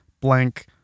blank